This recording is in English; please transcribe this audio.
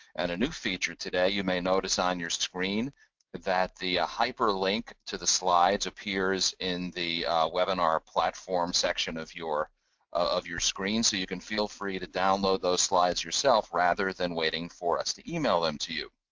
and a new feature today that you may notice on your screen that the ah hyperlink to the slides appears in the webinar platform section of your of your screen, so you can feel free to download those slides yourself rather than waiting for us to email them to you.